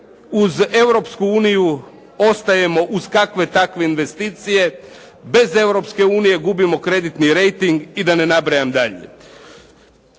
uniju ostajemo uz kakve takve investicije, bez Europske unije gubimo kreditni rejting i da ne nabrajam dalje.